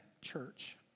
church